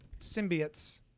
symbiotes